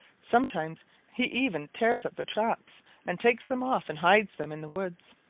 sometimes he even tears up the traps and takes them off and hides them in the woods.